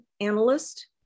analyst